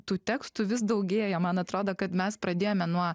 tų tekstų vis daugėja man atrodo kad mes pradėjome nuo